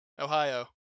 Ohio